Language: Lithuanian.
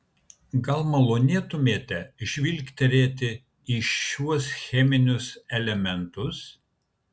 gal malonėtumėte žvilgtelėti į šiuos cheminius elementus